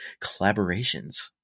collaborations